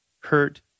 hurt